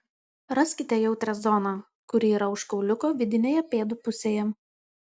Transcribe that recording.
raskite jautrią zoną kuri yra už kauliuko vidinėje pėdų pusėje